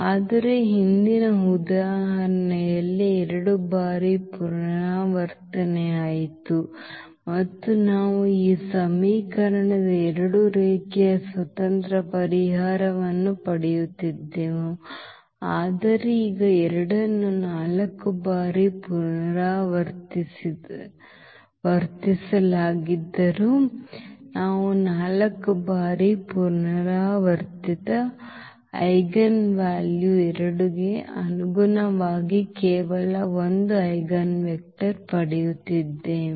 ಆದರೆ ಹಿಂದಿನ ಉದಾಹರಣೆಯಲ್ಲಿ ಎರಡು ಬಾರಿ ಪುನರಾವರ್ತನೆಯಾಯಿತು ಮತ್ತು ನಾವು ಈ ಸಮೀಕರಣದ ಎರಡು ರೇಖೀಯ ಸ್ವತಂತ್ರ ಪರಿಹಾರವನ್ನು ಪಡೆಯುತ್ತಿದ್ದೆವು ಆದರೆ ಈಗ 2 ಅನ್ನು ನಾಲ್ಕು ಬಾರಿ ಪುನರಾವರ್ತಿಸಲಾಗಿದ್ದರೂ ನಾವು 4 ಬಾರಿ ಪುನರಾವರ್ತಿತ ಈಜೆನ್ವೆಲ್ಯೂ 2 ಗೆ ಅನುಗುಣವಾಗಿ ಕೇವಲ 1 ಐಜೆನ್ವೆಕ್ಟರ್ ಪಡೆಯುತ್ತಿದ್ದೇವೆ